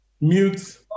mute